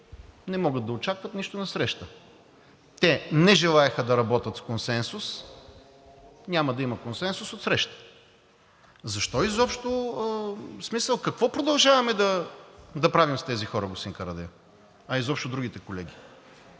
не могат да очакват нищо насреща. Те не желаеха да работят с консенсус – няма да има консенсус отсреща. В смисъл какво продължаваме да правим с тези хора, господин Карадайъ, а изобщо и другите колеги?